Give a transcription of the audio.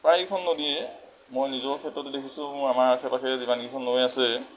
প্ৰায়কেইখন নদীয়ে মই নিজৰ ক্ষেত্ৰতে দেখিছোঁ আমাৰ আশে পাশে যিমানকেইখন নৈ আছে